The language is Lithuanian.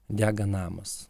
dega namas